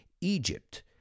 Egypt